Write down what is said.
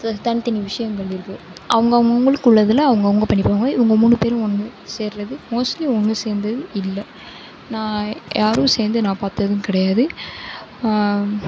தனித்தனி விஷயங்கள் இருக்கு அவங்கவுங்களுக்கு உள்ளதில் அவங்கவுங்க பண்ணிப்பாங்க இவங்க மூணு பேரும் ஒன்று சேர்றது மோஸ்ட்லி ஒன்று சேர்ந்தது இல்லை நான் யாரும் சேர்ந்து நான் பார்த்ததும் கிடையாது